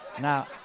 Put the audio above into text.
Now